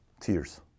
Tears